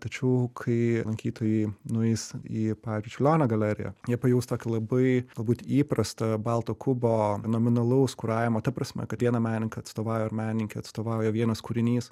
tačiau kai lankytojai nueis į pavyzdžiui čiurlionio galeriją jie pajaus tokį labai galbūt įprasta balto kubo nominalaus kuravimo ta prasme kad vieną menininką atstovauja ar menininkę atstovauja vienas kūrinys